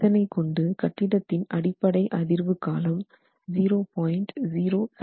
இதனை கொண்டு கட்டிடத்தின் அடிப்படை அதிர்வு காலம் 0